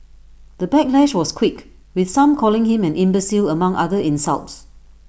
the backlash was quick with some calling him an imbecile among other insults